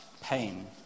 pain